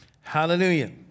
Hallelujah